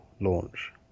launch